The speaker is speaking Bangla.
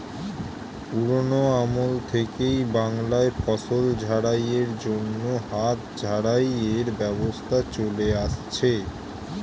পুরোনো আমল থেকেই বাংলায় ফসল ঝাড়াই এর জন্য হাত ঝাড়াই এর ব্যবস্থা চলে আসছে